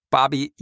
Bobby